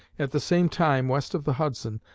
at the same time, west of the hudson,